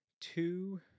two